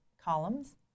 columns